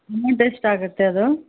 amount ಎಷ್ಟಾಗುತ್ತೆ ಅದು